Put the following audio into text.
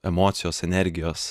emocijos energijos